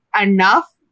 enough